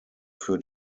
für